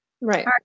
Right